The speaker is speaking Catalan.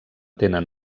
tenen